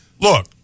look